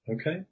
Okay